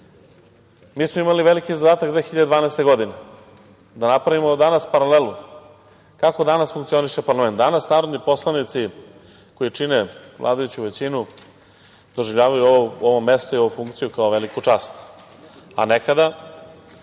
smo imali veliki zadatak 2012. godine, da napravimo danas paralelu, kako danas funkcioniše parlament. Danas narodni poslanici koji čine vladajuću većinu doživljavaju ovo mesto i ovu funkciju kao veliku čast, a nekada